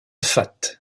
fat